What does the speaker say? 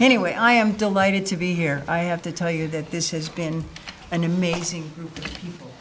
anyway i am delighted to be here i have to tell you that this has been an amazing